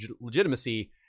legitimacy